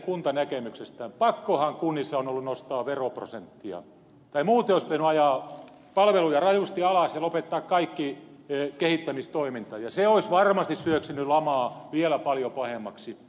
pakkohan kunnissa on ollut nostaa veroprosenttia tai muuten olisi pitänyt ajaa palveluja rajusti alas ja lopettaa kaikki kehittämistoiminta ja se olisi varmasti syössyt lamaa vielä paljon pahemmaksi